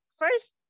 first